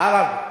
ארדו.